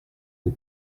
aux